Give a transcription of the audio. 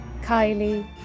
Kylie